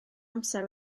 amser